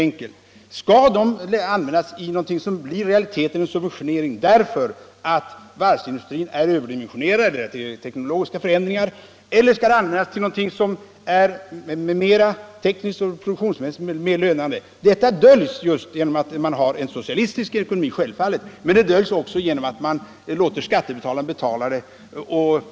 Skall de användas till någonting som i realiteten blir en subvention därför att varvsindustrin är överdimensionerad på grund av bl.a. teknologiska förändringar, eller skall pengarna användas till någonting som är tekniskt och produktionsmässigt mer lönande? Detta döljs självfallet genom att man har en socialistisk ekonomi, men det döljs också genom att man låter skattebetalarna betala.